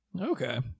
Okay